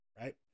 right